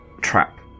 trap